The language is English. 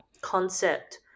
concept